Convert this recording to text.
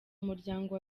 muryango